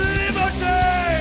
liberty